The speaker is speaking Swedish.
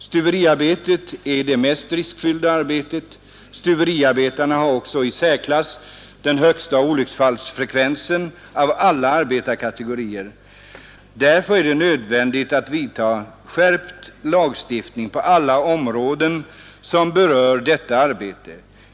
Stuveriarbetet är det mest riskfyllda — stuveriarbetarna har också den i särklass högsta olycksfallsfrekvensen av alla arbetarkategorier. Därför är det nödvändigt att skärpa lagstiftningen på alla områden som berör detta arbete.